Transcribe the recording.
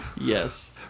yes